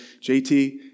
JT